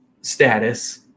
status